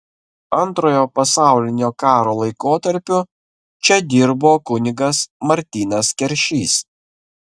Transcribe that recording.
antrojo pasaulinio karo laikotarpiu čia dirbo kunigas martynas keršys